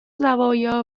زوایا